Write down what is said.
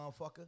motherfucker